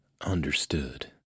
Understood